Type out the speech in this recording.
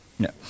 No